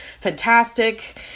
Fantastic